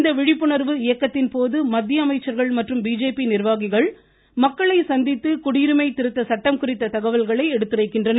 இந்த விழிப்புணர்வு இயக்கத்தின் போது மத்திய அமைச்சர்கள் மற்றும் பிஜேபி நிர்வாகிகள் மக்களை சந்தித்து குடியுரிமை திருத்த சட்டம் குறித்த தகவல்களை எடுத்துரைக்கின்றனர்